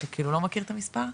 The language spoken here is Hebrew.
אתה כאילו לא מכיר את המספר?